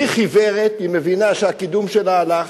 היא חיוורת, היא מבינה שהקידום שלה הלך,